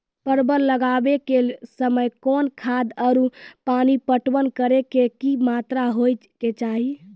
परवल लगाबै के समय कौन खाद आरु पानी पटवन करै के कि मात्रा होय केचाही?